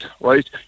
right